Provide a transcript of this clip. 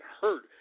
hurt